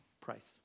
price